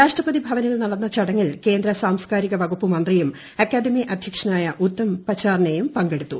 രാഷ്ട്രപതി ഭവനിൽ നടന്ന ചടങ്ങിൽ കേന്ദ്ര സാംസ്കാരിക വകുപ്പ് മന്ത്രിയും അക്കാദമി അധ്യക്ഷനായ ഉത്തം പച്ചാർണെയും പങ്കെടുത്തു